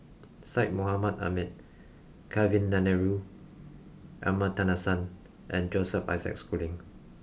Syed Mohamed Ahmed Kavignareru Amallathasan and Joseph Isaac Schooling